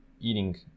eating